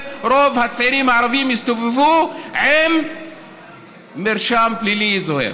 רוב הצעירים הערבים יסתובבו עם מרשם פלילי, זוהיר.